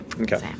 Okay